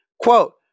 Quote